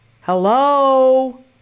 Hello